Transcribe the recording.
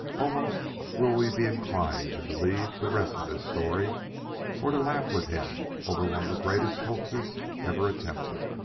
almost will we be inclined to believe the rest of his story or to laugh with him over one of the greatest hoaxes ever attempted.